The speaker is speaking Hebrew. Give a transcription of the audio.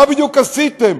מה בדיוק עשיתם,